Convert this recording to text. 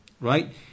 Right